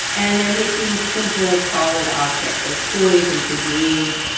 and they're making simple, solid objects like toys and figurines.